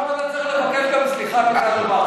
רגע, עכשיו אתה צריך לבקש סליחה גם מקרל מרקס.